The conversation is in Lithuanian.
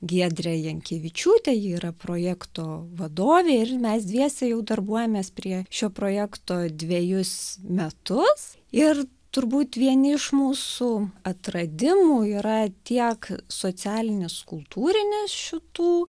giedre jankevičiūte ji yra projekto vadovė ir mes dviese jau darbuojamės prie šio projekto dvejus metus ir turbūt vieni iš mūsų atradimų yra tiek socialinis kultūrinis šitų